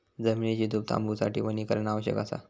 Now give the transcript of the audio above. जमिनीची धूप थांबवूसाठी वनीकरण आवश्यक असा